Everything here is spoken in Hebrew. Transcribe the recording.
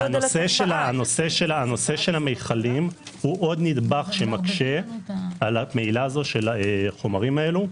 הנושא של המיכלים הוא עוד נדבך שמקשה על המהילה הזו של החומרים האלה.